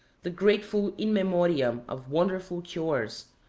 the grateful in memoriam of wonderful cures,